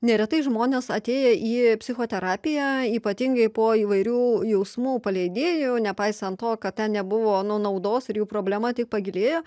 neretai žmonės atėję į psichoterapiją ypatingai po įvairių jausmų paleidėjų nepaisant to kad ten nebuvo nu naudos ir jų problema tik pagilėjo